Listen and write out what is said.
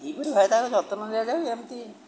ଏଇପରି ଭାବେ ତା ଯତ୍ନ ନିଆଯାଏ ଏମିତି